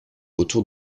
autour